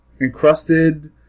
Encrusted